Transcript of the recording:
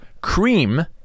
cream